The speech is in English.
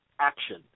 action